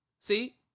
See